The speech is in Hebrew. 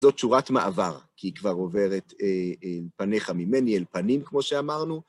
זאת שורת מעבר, כי היא כבר עוברת אל פניך ממני, אל פנים, כמו שאמרנו.